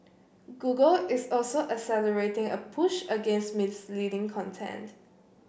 Google is also accelerating a push against misleading content